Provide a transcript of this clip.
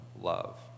love